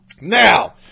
Now